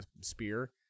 spear